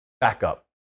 backup